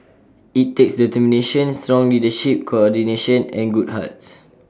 IT takes determination strong leadership coordination and good hearts